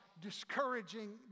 discouraging